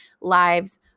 lives